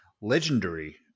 Legendary